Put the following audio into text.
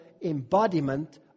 embodiment